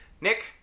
Nick